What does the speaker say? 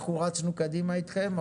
רצנו קדימה אתכם,